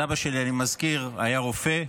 סבא שלי, אני מזכיר, היה רופא,